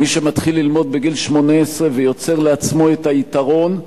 מי שמתחיל ללמוד בגיל 18 ויוצר לעצמו את היתרון,